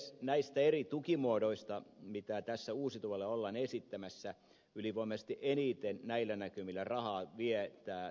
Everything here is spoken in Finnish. näistä eri tukimuodoista mitä tässä uusiutuvalle ollaan esittämässä ylivoimaisesti eniten näillä näkymillä rahaa vie tämä tuulivoiman takuuhintajärjestelmä